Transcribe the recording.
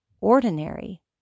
ordinary